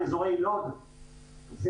לאזור לוד ובית-שמש,